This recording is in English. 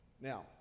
Now